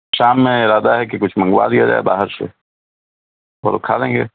شام میں ارادہ ہے کہ کچھ منگوا لیا جائے باہر سے وہ لوگ کھا لیں گے